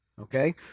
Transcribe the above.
Okay